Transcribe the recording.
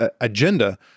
agenda